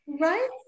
Right